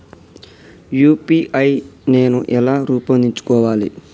UPI నేను ఎలా రూపొందించుకోవాలి?